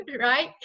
right